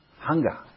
hunger